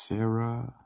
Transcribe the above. Sarah